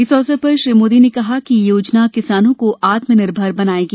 इस अवसर पर श्री मोदी ने कहा कि यह योजना किसानों को आत्म निर्भर बनाएगी